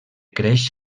creix